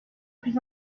plus